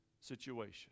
situation